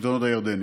לשלטונות הירדניים.